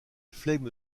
flegme